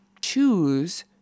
choose